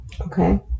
Okay